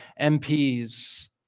MPs